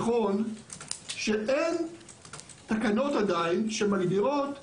נכון שאין תקנות עדיין שמגדירות איפה,